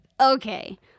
Okay